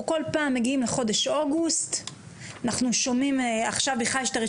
אנחנו כל פעם מגיעים לחודש אוגוסט ואנחנו שומעים ברשתות